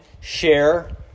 share